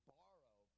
borrow